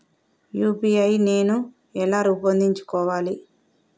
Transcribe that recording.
UPI నేను ఎలా రూపొందించుకోవాలి?